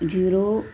zero